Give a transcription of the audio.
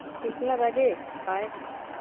कितने बजे आएं